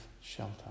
shelter